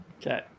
Okay